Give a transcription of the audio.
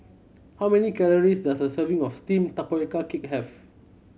how many calories does a serving of steamed tapioca cake have